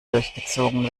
durchgezogen